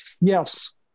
Yes